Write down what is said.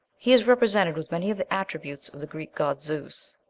he is represented with many of the attributes of the greek god zeus,